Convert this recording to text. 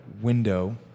window